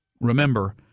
Remember